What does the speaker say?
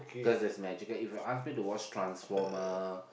cause there's magical if you ask me to watch transformer